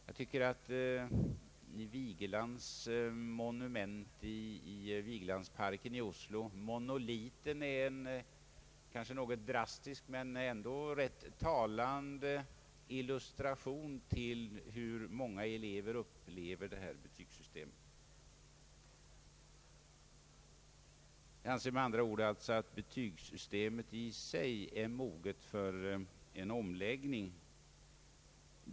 Jag tycker att Vigelands monument Monoliten i Vigelandsparken i Oslo är en kanske något drastisk men ändå rätt talande illustration till hur många elever upplever detta betygssystem. Jag anser med andra ord att betygssystemet i sig är moget för en omläggning.